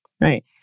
right